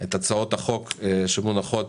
את הצעות החוק שמונחות